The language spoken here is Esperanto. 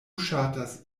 ŝatas